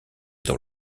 dans